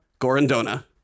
Gorondona